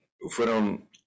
fueron